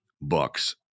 books